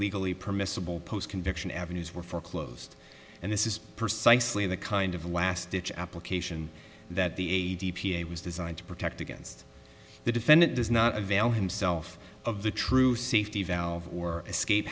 legally permissible post conviction avenues were foreclosed and this is precisely the kind of last ditch application that the aide was designed to protect against the defendant does not avail himself of the true safety valve or escape